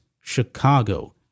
Chicago